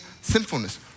sinfulness